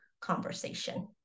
conversation